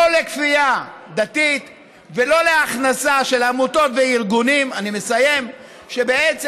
לא לכפייה דתית ולא להכנסה של עמותות וארגונים שמכניסים